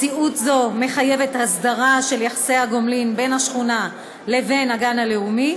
מציאות זו מחייבת הסדרה של יחסי הגומלין בין השכונה לבין הגן הלאומי,